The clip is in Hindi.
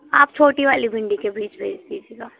आप छोटी वाली भिंडी के बीज भेज दीजिएगा